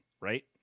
right